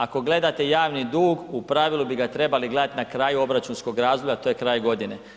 Ako gledate javni dug, u pravilu bi ga trebali gledati na kraju obračunskog razdoblja, a to je kraj godine.